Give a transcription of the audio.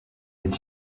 est